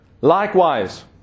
Likewise